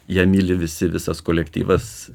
ją myli visi visas kolektyvas